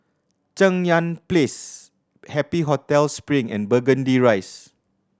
Cheng Yan Place Happy Hotel Spring and Burgundy Rise